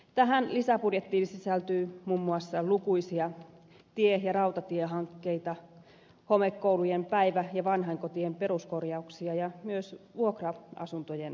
tähän lisäbudjettiin sisältyy muun muassa lukuisia tie ja rautatiehankkeita homekoulujen päivä ja vanhainkotien peruskorjauksia ja myös vuokra asuntojen rakentamista